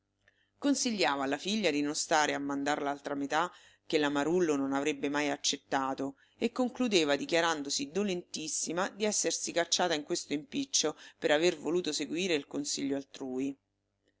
consigliava alla figlia di non stare a mandar l'altra metà che la marullo non avrebbe mai accettato e concludeva dichiarandosi dolentissima di essersi cacciata in questo impiccio per aver voluto seguire il consiglio altrui